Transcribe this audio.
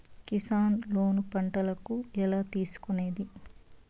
Kisan loan పంటలకు ఎలా తీసుకొనేది?